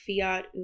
Fiat